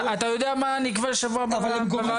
אתה יודע מה נקבע לשבוע הבא ועדה.